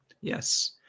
Yes